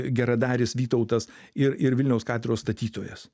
geradaris vytautas ir ir vilniaus katedros statytojas